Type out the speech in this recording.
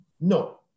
No